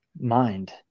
mind